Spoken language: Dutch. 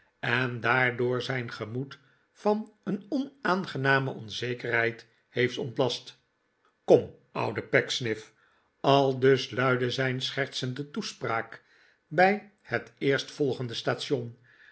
en daardoor zijn gemoed van een onaangename onzekerheid heeft ontla'st kom oude pecksniff cfldus luidde zijn schertsende toespraak bij het eerstvolgende station